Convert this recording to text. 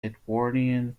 edwardian